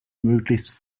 möglichst